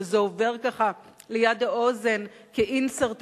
וזה עובר ככה ליד האוזן כ-insert בכתבה,